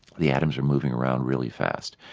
the atoms are moving around really fast,